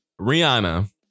Rihanna